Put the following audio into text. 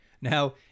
Now